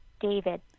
David